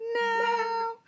now